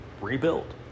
rebuild